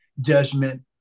judgment